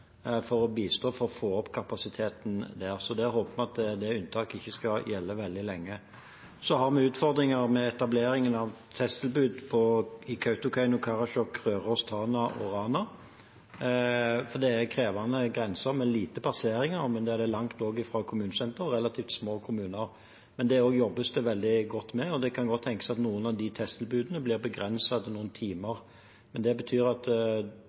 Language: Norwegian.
for å bistå, for å få opp kapasiteten der. Så vi håper at det unntaket ikke skal gjelde veldig lenge. Så har vi utfordringer med etableringen av testtilbud i Kautokeino, Karasjok, Røros, Tana og Rana, for dette er krevende grenser med få passeringer, men der det er langt fra kommunesenteret og relativt små kommuner. Men dette jobbes det veldig godt med, og det kan godt tenkes at noen av de testtilbudene blir begrenset til noen timer. Men det betyr at